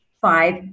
five